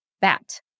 bat